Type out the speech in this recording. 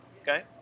Okay